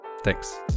Thanks